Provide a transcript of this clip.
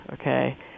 okay